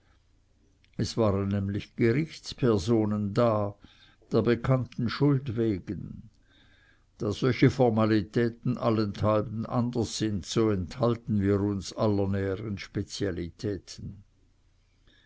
es waren nämlich gerichtspersonen da der bekannten schuld wegen da solche formalitäten allenthalben anders sind so enthalten wir uns aller nähern spezialitäten